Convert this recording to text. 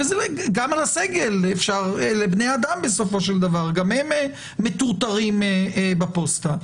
גם על הסגל, הם בני אדם - גם הם מטורטרים בפוסטה.